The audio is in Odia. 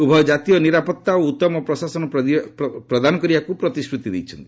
ଉଭୟ ଜାତୀୟ ନିରାପତ୍ତା ଓ ଉତ୍ତମ ପ୍ରଶାସନ ପ୍ରଦାନ କରିବାକୁ ପ୍ରତିଶ୍ରତି ଦେଇଛନ୍ତି